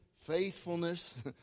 faithfulness